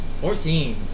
Fourteen